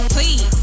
Please